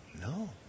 No